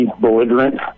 belligerent